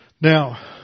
Now